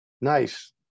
Nice